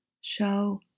show